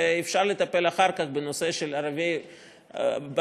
ואפשר לטפל אחר כך בנושא ערביי ירושלים,